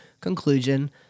conclusion